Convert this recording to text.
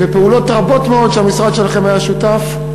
פעולות רבות מאוד שהמשרד שלכם היה שותף בהן.